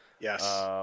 Yes